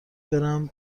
برم